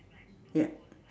yup